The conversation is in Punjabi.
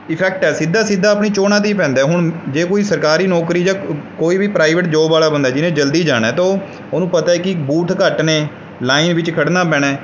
ਇਫੈਕਟ ਹੈ ਸਿੱਧਾ ਸਿੱਧਾ ਆਪਣੀ ਚੋਣਾਂ 'ਤੇ ਹੀ ਪੈਂਦਾ ਹੁਣ ਜੇ ਕੋਈ ਸਰਕਾਰੀ ਨੌਕਰੀ ਜਾਂ ਕੋਈ ਵੀ ਪ੍ਰਾਈਵੇਟ ਜੋਬ ਵਾਲਾ ਬੰਦਾ ਜਿਹਨੇ ਜਲਦੀ ਜਾਣਾ ਤਾਂ ਉਹ ਉਹਨੂੰ ਪਤਾ ਕਿ ਬੂਥ ਘੱਟ ਨੇ ਲਾਈਨ ਵਿੱਚ ਖੜ੍ਹਨਾ ਪੈਣਾ